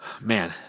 Man